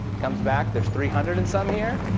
comes back, there's three hundred and some here.